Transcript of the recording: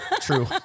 true